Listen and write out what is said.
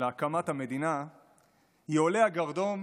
להקמת המדינה היא עולה הגרדום